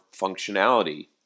functionality